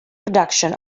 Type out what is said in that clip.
production